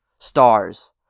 stars